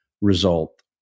result